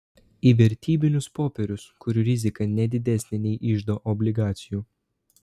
į vertybinius popierius kurių rizika ne didesnė nei iždo obligacijų